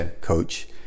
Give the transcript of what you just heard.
Coach